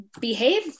behave